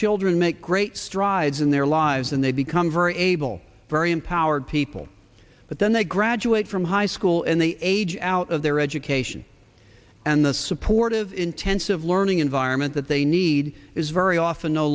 children make great strides in their lives and they become very able very empowered people but then they graduate from high school and they age out of their education and the supportive intensive learning environment that they need is very often no